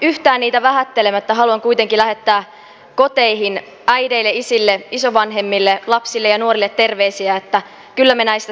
yhtään niitä vähättelemättä haluan kuitenkin lähettää koteihin äideille isille isovanhemmille lapsille ja nuorille terveisiä että kyllä me näistä selviämme